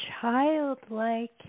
childlike